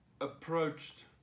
approached